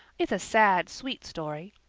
it's a sad, sweet story.